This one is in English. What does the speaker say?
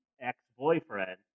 ex-boyfriend